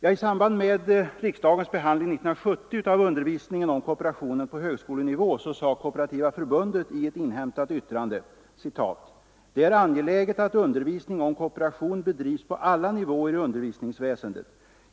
I samband med riksdagens behandling 1970 av undervisningen om kooperationen på högskolenivå sade Kooperativa förbundet i ett inhämtat yttrande: ”KF vill understryka att det är angeläget att undervisning om kooperation bedrivs på alla nivåer i undervisningsväsendet.